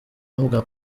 n’ubwa